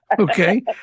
Okay